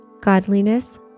godliness